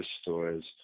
stores